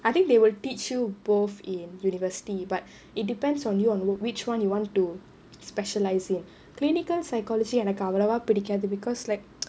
I think they will teach you both in university but it depends on you on which one you want to specialise in clinical psychology எனக்கு அவளவா பிடிக்காது:enakku avalavaa pidikkaathu because like